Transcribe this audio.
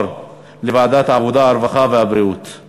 לוועדת העבודה, הרווחה והבריאות נתקבלה.